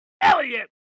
Elliot